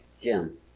Jim